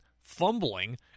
fumbling